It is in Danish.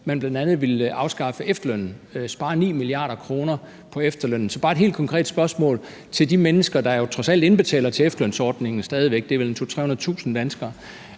bl.a. ville afskaffe efterlønnen, spare 9 mia. kr. på efterlønnen. Så jeg har bare et helt konkret spørgsmål på vegne af de mennesker, der trods alt indbetaler til efterlønsordningen stadig væk, og det er vel 200.000-300.000 danskere: